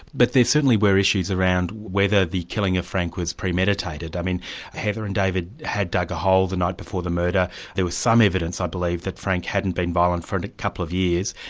but there certainly were issues around whether the killing of frank was premeditated. i mean heather and david had dug a hole the night before the murder, there was some evidence i believe that frank hadn't been violent for and a couple of years,